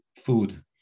food